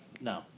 No